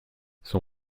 son